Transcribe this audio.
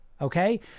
Okay